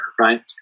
right